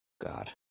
God